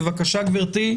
בבקשה, גברתי.